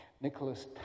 Nicholas